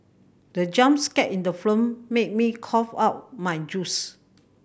the jump scare in the film made me cough out my juice